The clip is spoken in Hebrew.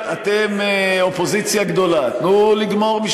תנו לגמור,